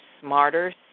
smarter